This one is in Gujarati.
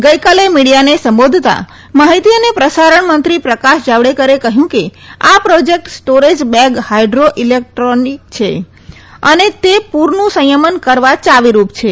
ગઈકાલે મીડિયાને સંબોધતા માહિતી અને પ્રસારણ મંત્રી પ્રકાશ જાવડેકરે કહ્યું કે આ project storage bag hydro electric છે અને તે પૂરનું સંથમન કરવ ચાવીરૂપ છે